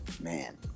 Man